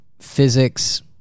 physics